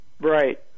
right